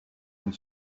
and